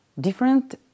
different